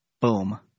Boom